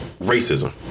racism